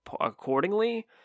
accordingly